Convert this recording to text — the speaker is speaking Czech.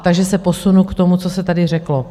Takže se posunu k tomu, co se tady řeklo.